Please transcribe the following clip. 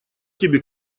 тебе